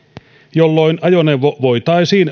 jolloin ajoneuvo voitaisiin